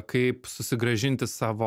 kaip susigrąžinti savo